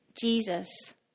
Jesus